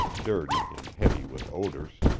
dirty, and heavy with odors.